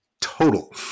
total